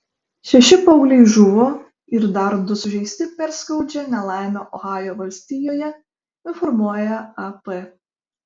šeši paaugliai žuvo ir dar du sužeisti per skaudžią nelaimę ohajo valstijoje informuoja ap